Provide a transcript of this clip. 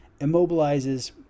immobilizes